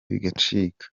bigacika